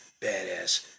badass